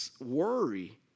Worry